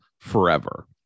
forever